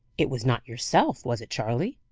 it was not yourself, was it charley?